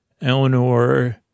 Eleanor